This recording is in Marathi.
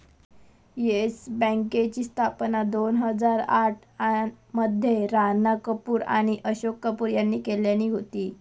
येस बँकेची स्थापना दोन हजार आठ मध्ये राणा कपूर आणि अशोक कपूर यांनी केल्यानी होती